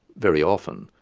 very often,